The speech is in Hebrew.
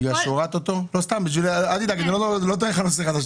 אל תדאג, אני לא טוען נושא חדש.